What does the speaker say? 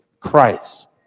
Christ